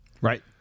Right